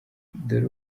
dore